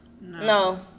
No